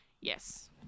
yes